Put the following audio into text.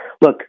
look